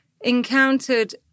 encountered